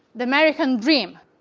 the american dream,